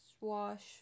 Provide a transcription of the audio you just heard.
wash